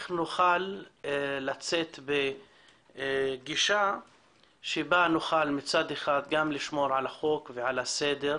נוכל לצאת בגישה שבה נוכל גם מצד אחד לשמור על החוק ועל הסדר,